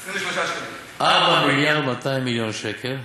23, 4 מיליארד ו-200 מיליון שקל.